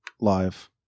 live